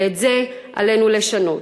ואת זה עלינו לשנות.